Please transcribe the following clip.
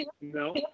No